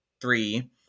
three